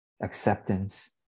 acceptance